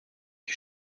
die